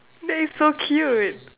that is so cute